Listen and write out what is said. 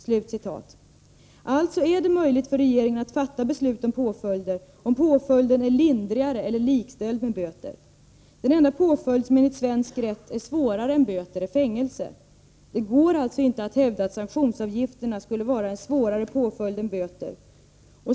Det är alltså möjligt för regeringen att fatta beslut om påföljder ifall påföljden är lindrigare än eller likställd med böter. Den enda påföljd som enligt svensk rätt är svårare än böter är fängelse. Det går inte att hävda att sanktionsavgifterna skulle vara en svårare påföljd än böter.